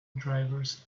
drivers